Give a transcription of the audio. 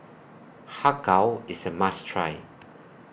Har Kow IS A must Try